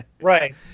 right